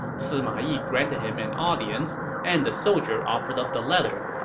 sima yi granted him an audience, and the soldier offered up the letter.